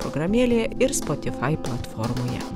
programėlėje ir spotify platformoje